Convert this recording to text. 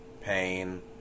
pain